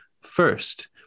First